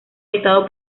editado